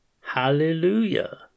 Hallelujah